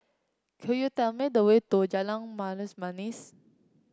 could you tell me the way to Jalan Manis